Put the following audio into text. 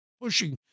pushing